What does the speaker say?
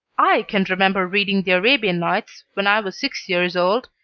i can remember reading the arabian nights when i was six years old,